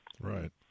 Right